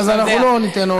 אז אנחנו לא ניתן עוד.